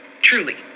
Truly